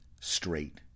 straight